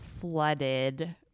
flooded